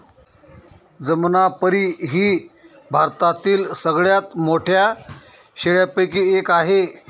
जमनापरी ही भारतातील सगळ्यात मोठ्या शेळ्यांपैकी एक आहे